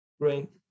Great